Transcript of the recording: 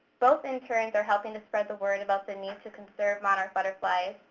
both interns are helping to spread the word about the need to conserve monarch butterflies.